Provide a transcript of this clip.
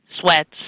sweats